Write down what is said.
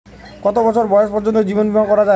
কত বছর বয়স পর্জন্ত জীবন বিমা করা য়ায়?